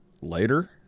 later